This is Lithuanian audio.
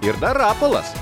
ir dar rapolas